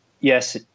yes